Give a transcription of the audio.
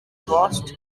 cost